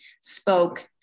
spoke